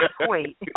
wait